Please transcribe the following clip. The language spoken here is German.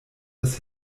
das